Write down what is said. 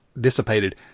dissipated